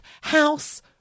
House